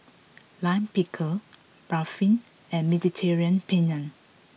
Lime Pickle Barfi and Mediterranean Penne